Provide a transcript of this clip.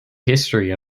history